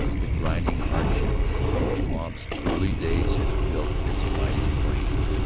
the grinding hardship of wahb's early days had built his mighty frame.